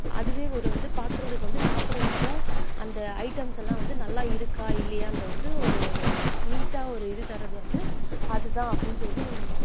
அதுவே ஒரு வந்து பார்க்குறதுக்கு வந்து சாப்பிட்றதுக்கும் அந்த ஐட்டம்ஸெல்லாம் வந்து நல்லா இருக்கா இல்லையான்றது வந்து ஒரு ஒரு நீட்டாக ஒரு இது தர்றது வந்து அது தான் அப்படின்னு சொல்லி